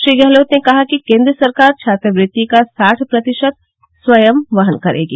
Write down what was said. श्री गहलोत ने कहा कि केंद्र सरकार छात्रवृत्ति का साढ प्रतिशत स्वयं वहन करेगी